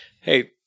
hey